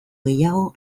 gehiago